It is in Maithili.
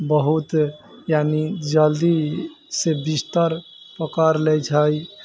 बहुत यानि जल्दीसँ बिस्तर पकड़ि लै छै